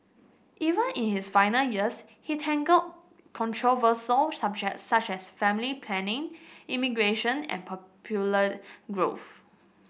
even in his final years he tackled controversial subjects such as family planning immigration and popular growth